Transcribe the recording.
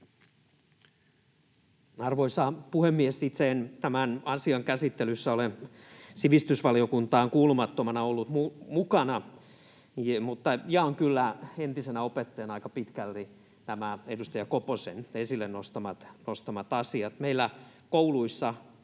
Arvoisa puhemies! Itse en tämän asian käsittelyssä ole sivistysvaliokuntaan kuulumattomana ollut mukana, mutta jaan kyllä entisenä opettajana aika pitkälti nämä edustaja Koposen esille nostamat asiat. Meillä kouluissa